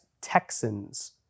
Texans